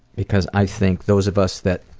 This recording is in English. because i think those of us that